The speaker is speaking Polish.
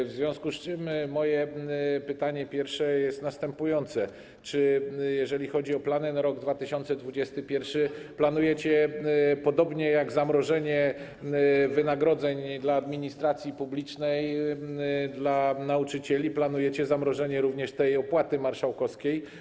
W związku z tym moje pytanie pierwsze jest następujące: Czy jeżeli chodzi o plany na rok 2021, planujecie podobnie jak zamrożenie wynagrodzeń dla administracji publicznej, dla nauczycieli, planujecie zamrożenie również opłaty marszałkowskiej?